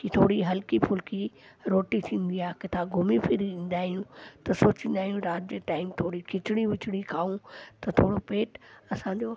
की थोरी हलकी फुलकी रोटी थींदी आहे किथा घुमी फिरी ईंदा आहियूं त सोचींदा आहियूं राति जे टाइम थोरी खिचड़ी विचड़ी खाऊं त थोरो पेट असांजो